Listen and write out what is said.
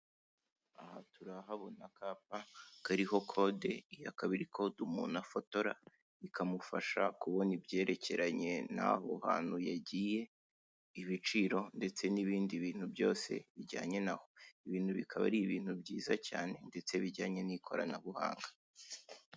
Aha urahabona akapa kariho code, iyo ikaba ariyo kode umuntu afotora bikamufasha kubona ibyerekeranye naho hantu yagiye, ibiciro ndetse n'ibindi bintu byose bijyanye naho ibi bikaba ari ibintu byiza cyane ndetse bijyanye n'ikoranabuhanga